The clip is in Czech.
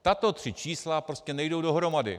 Tato tři čísla prostě nejdou dohromady.